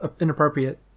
inappropriate